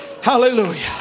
hallelujah